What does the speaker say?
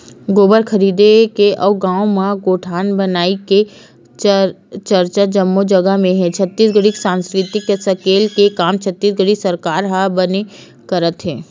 गोबर खरीदे के अउ गाँव म गौठान बनई के चरचा जम्मो जगा म हे छत्तीसगढ़ी संस्कृति ल सकेले के काम छत्तीसगढ़ सरकार ह बने करत हे